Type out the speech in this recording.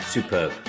Superb